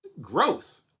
growth